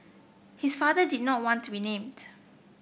his father did not want to be named